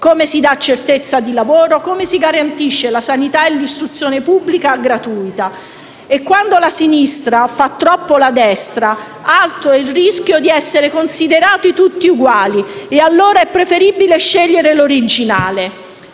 come si dà certezza di lavoro; come si garantiscono la sanità e l'istruzione pubblica gratuita. Quando la sinistra fa troppo la destra, alto è il rischio di essere considerati tutti uguali. E allora è preferibile scegliere l'originale.